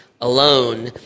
alone